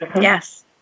Yes